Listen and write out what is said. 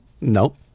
No